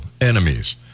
enemies